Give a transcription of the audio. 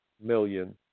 million